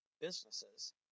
businesses